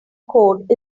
code